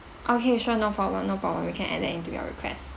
okay sure no problem no problem you can add that in to your request